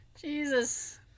Jesus